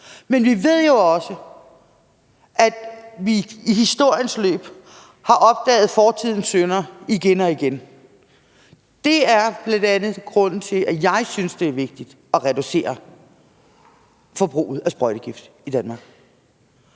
men vi ved jo også, at vi i historiens løb har opdaget fortidens synder igen og igen. Det er bl.a. grunden til, at jeg synes, det er vigtigt at reducere forbruget af sprøjtegift i Danmark.